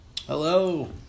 Hello